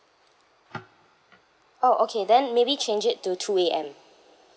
oh okay then maybe change it to two A_M